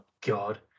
God